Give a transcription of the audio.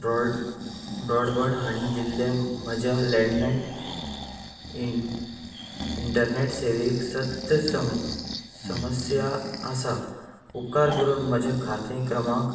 broad broadband हाणी दिल्ल्या म्हज्या लँडलायन इं इंटरनेट सेवेक सत्य सम समस्या आसा उपकार करून म्हजें खातें क्रमांक